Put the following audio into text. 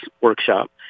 workshop